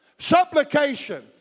Supplication